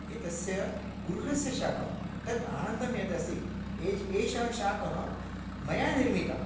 एतस्य गृहस्य शाकं तत् आनन्दं यद् अस्ति एषः एषः शाकः मया निर्मितः